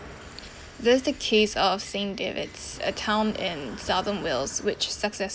that's the case of saint david's a town in southern wales which successfully